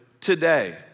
today